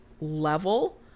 level